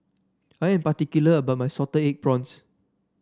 I am particular about my Salted Egg Prawns